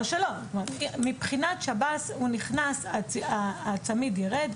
מבחינת שב"ס הוא נכנס, הצמיד יירד.